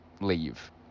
leave